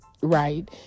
right